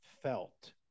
felt